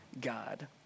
God